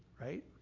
right